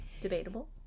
Debatable